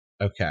Okay